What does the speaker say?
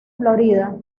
florida